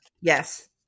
Yes